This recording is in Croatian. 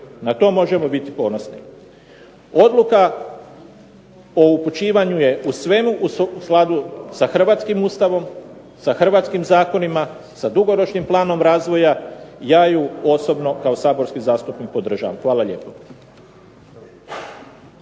Na to možemo biti ponosni. Odluka o upućivanju je u svemu u skladu sa hrvatskim Ustavom, sa hrvatskim zakonima, sa dugoročnim planom razvoja. Ja ju osobno kao saborski zastupnik podržavam. Hvala lijepo.